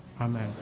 amen